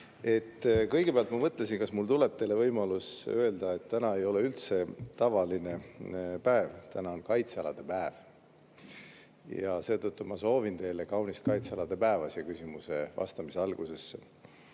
Kõigepealt ma mõtlesin, kas mul tuleb teile võimalus öelda, et täna ei ole üldse tavaline päev, täna on kaitsealade päev. Ja seetõttu ma soovin teile kaunist kaitsealade päeva siia küsimuse vastamise